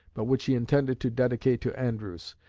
but which he intended to dedicate to andrewes,